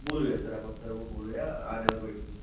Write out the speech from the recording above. बोलूया सर आपण सर्व बोलूया आल्यावर भेटलो की